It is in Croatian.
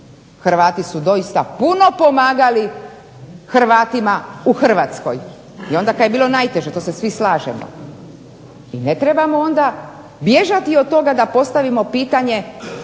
Hrvati su doista puno pomagali Hrvatima u Hrvatskoj. I onda kad je bilo najteže to se svi slažemo. I ne trebamo onda bježati od toga da postavimo pitanje,